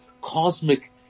cosmic